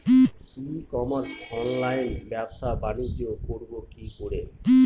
ই commerce অনলাইনে ব্যবসা বানিজ্য করব কি করে?